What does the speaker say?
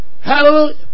Hallelujah